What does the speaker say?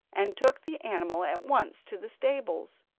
and took the animal at once to the stables,